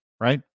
right